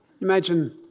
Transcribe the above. Imagine